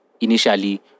initially